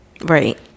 Right